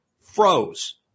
froze